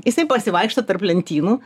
jisai pasivaikšto tarp lentynų